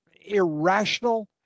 irrational